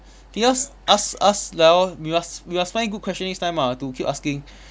because ask ask liao we must we must find good question next time ah to keep asking